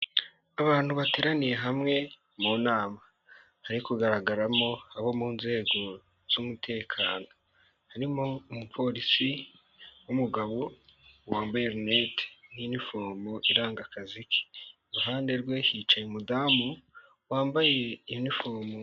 Abantu bateraniye hamwe mu nama, hari kugaragaramo abo mu nzego z'umutekano, harimo umupolisi w'umugabo wambaye linete n'inifomu iranga akazi ke, iruhande rwe hicaye umudamu wambaye yunifomu.